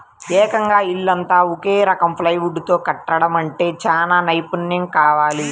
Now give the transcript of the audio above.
ఏకంగా ఇల్లంతా ఒక రకం ప్లైవుడ్ తో కట్టడమంటే చానా నైపున్నెం కావాలి